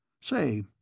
Say